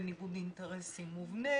שיש פה ניגוד אינטרסים מובנה